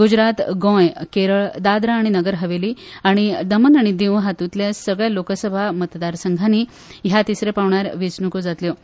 गुजरात गोंय केरळ दादरा आनी नगर हवेली आनी दामांव आनी दिव हातुंतले सगळ्या लोकसभा मतदार संघानी ह्या तिसऱ्या पांवड्यार वेचणुको जातल्यो